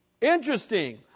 Interesting